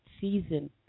season